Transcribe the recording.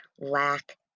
lack